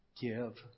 give